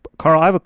carl,